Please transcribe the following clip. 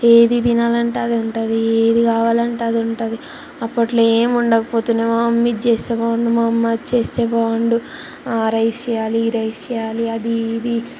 ఏది తినాలంటే అదుంటుంది ఏది కావాలంటే అదుంటుంది అప్పట్లో ఏం ఉండక పొద్దునే మా మమ్మీ ఇది చేస్తే బాగుండు అది చేస్తే బాగుండు రైస్ చేయాలి ఈ రైస్ చేయాలి అది ఇది